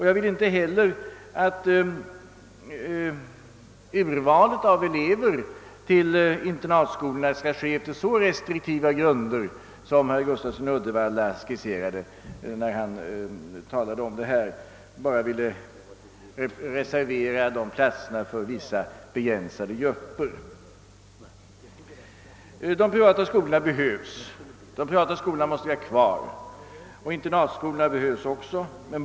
Jag vill inte heller att urvalet av elever till internatskolorna skall ske efter så restriktiva grunder som herr Gustafsson i Uddevalla skisserade; han ville reservera platserna i dessa skolor för vissa begränsade grupper. De privata skolorna behövs och även internatskolorna behövs.